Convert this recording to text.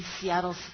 Seattle